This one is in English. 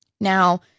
Now